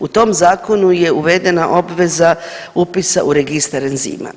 U tom zakonu je uvedena obveza upisa u registar enzima.